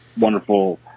wonderful